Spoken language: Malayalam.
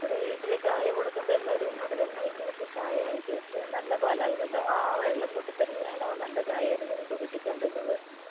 ആ ഇവിടെ വീട്ടിൽ ചായ കൊടുക്കുമ്പോൾ എല്ലാവരുമെന്നോട് ഇതെന്താ ഇങ്ങനെത്തെ ചായ ഇത് നല്ല പാലായിരുന്നല്ലോ ആ വെള്ളം കൂട്ടിത്തരുന്നതാണോ നല്ല ചായയായിരുന്നു ഇതിനു മുൻപ് കിട്ടിക്കൊണ്ടിരുന്നത്